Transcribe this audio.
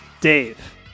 Dave